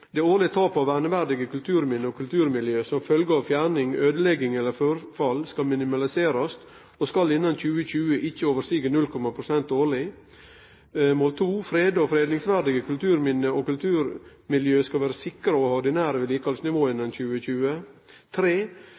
Det årlege tapet av verneverdige kulturminne og kulturmiljø som følgje av fjerning, øydelegging eller forfall skal minimaliserast og skal innan 2020 ikkje overstige 0,5 prosent årleg. Nasjonalt resultatmål 2: Freda og fredingsverdige kulturminne og kulturmiljø skal vere sikra og ha ordinært vedlikehaldsnivå innan 2020.